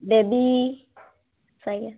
baby cycle